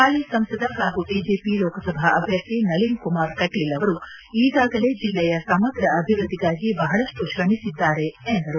ಹಾಲಿ ಸಂಸದ ಪಾಗೂ ಬಿಜೆಪಿ ಲೋಕಸಭಾ ಅಭ್ಯರ್ಥಿ ನಳಿನ್ ಕುಮಾರ್ ಕೆಟೀಲ್ ಅವರು ಈಗಾಗಲೇ ಜಿಲ್ಲೆಯ ಸಮಗ್ರ ಅಭಿವೃದ್ಧಿಗಾಗಿ ಬಹಳಷ್ಟು ಶೃಮಿಸಿದ್ದಾರೆ ಎಂದರು